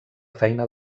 feina